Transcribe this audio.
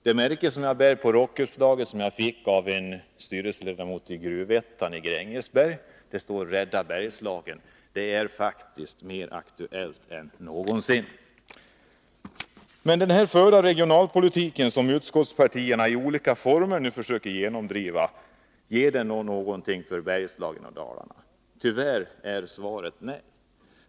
Det märke som jag bär på rockuppslaget har jag fått av en styrelseledamot i Gruv-Ettan i Grängesberg, och på det står det ”Rädda Bergslagen”. Och det är faktiskt mer aktuellt än någonsin. Kan då den regionalpolitik som utskottspartierna försöker genomdriva i olika former göra något för Bergslagen och Dalarna? Svaret är tyvärr nej.